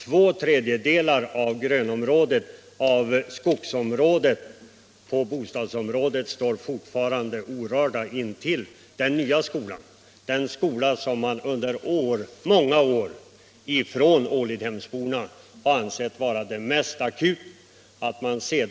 Två tredjedelar av skogen står fortfarande orörd intill den nya skolan — den skola som Ålidhemsborna under många år har ansett vara mycket nödvändig att bygga.